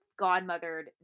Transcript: godmothered